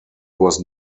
was